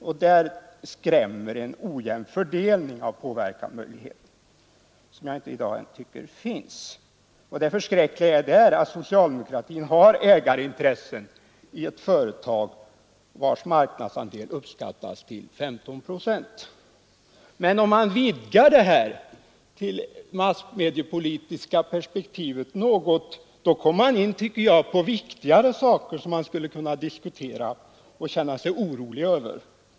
Därvidlag skrämmer möjligen en ojämn fördelning av påverkan, som jag inte tycker finns i dag. Det förskräckliga är att socialdemokratin har ägarintressen i ett företag vars marknadsandel uppskattas till 15 procent. Men om man vidgar det här massmediepolitiska perspektivet något, kommer man in på viktigare saker som man skulle kunna diskutera och känna sig orolig för.